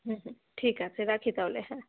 হুম হুম ঠিক আছে রাখি তাহলে হ্যাঁ